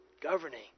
governing